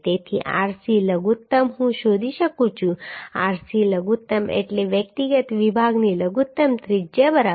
તેથી rc લઘુત્તમ હું શોધી શકું છું rc લઘુત્તમ એટલે વ્યક્તિગત વિભાગની લઘુત્તમ ત્રિજ્યા બરાબર